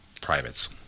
privates